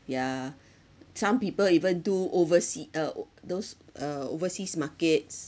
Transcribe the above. yeah some people even do oversea uh oo those uh overseas markets